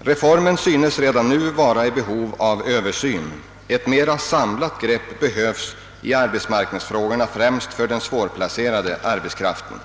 Reformen synes redan nu vara i behov av översyn. Ett mer samlat grepp behöver tas i arbetsmarknadsfrågorna, främst när det gäller den svårplacerade arbetskraften.